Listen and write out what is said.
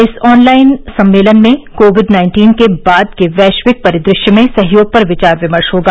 इस ऑनलाइन सम्मेलन में कोविड नाइन्टीन के बाद के वैश्विक परिदृश्य में सहयोग पर विचार विमर्श होगा